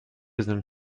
sind